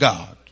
God